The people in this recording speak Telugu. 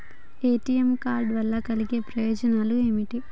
ఏ.టి.ఎమ్ కార్డ్ వల్ల కలిగే ప్రయోజనాలు ఏమిటి?